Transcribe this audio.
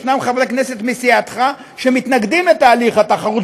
יש חברי כנסת מסיעתך שמתנגדים לתהליך התחרות,